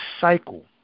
cycle